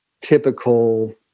typical